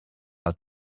our